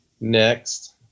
Next